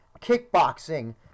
kickboxing